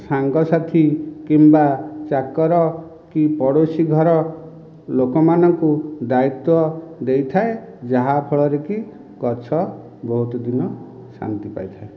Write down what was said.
ସାଙ୍ଗସାଥି କିମ୍ବା ଚାକର କି ପଡ଼ୋଶୀ ଘର ଲୋକମାନଙ୍କୁ ଦାୟୀତ୍ୱ ଦେଇଥାଏ ଯାହାଫଳରେକି ଗଛ ବହୁତ ଦିନ ଶାନ୍ତି ପାଇଥାଏ